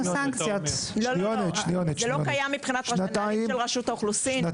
לא קיים, לפחות לא בנעלי רשות האוכלוסין.